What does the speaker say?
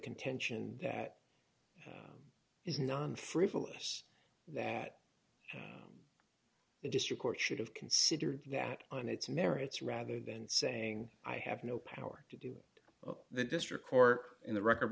contention that is non frivolous that the district court should have considered that on its merits rather than saying i have no power to do that district court in the record